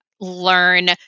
learn